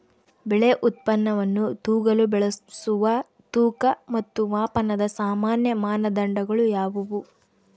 ಬೆಳೆ ಉತ್ಪನ್ನವನ್ನು ತೂಗಲು ಬಳಸುವ ತೂಕ ಮತ್ತು ಮಾಪನದ ಸಾಮಾನ್ಯ ಮಾನದಂಡಗಳು ಯಾವುವು?